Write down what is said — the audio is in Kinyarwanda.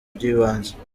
by’ibanze